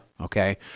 Okay